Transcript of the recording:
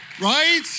Right